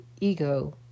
ego